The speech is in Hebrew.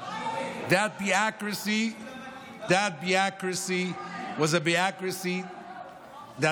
that bureaucracy was a bureaucracy that